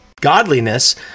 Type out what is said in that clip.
Godliness